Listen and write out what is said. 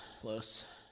Close